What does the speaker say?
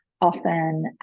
often